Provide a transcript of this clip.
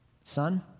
son